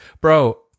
bro